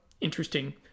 interesting